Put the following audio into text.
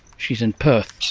she's in perth.